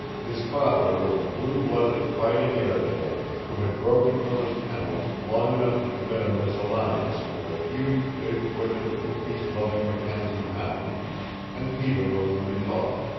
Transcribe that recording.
his father was a blue-blooded fighting airedale who had broken from his kennel long enough to commit a mesalliance with a huge big footed and peace-loving mackenzie hound and peter was the result.